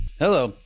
Hello